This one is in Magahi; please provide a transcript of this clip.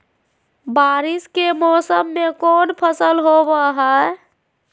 बारिस के मौसम में कौन फसल होबो हाय?